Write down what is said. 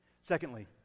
Secondly